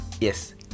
yes